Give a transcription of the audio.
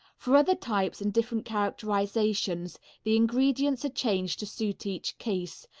for other types and different characterizations the ingredients are changed to suit each case,